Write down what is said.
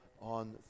on